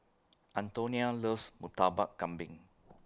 Antonina loves Murtabak Kambing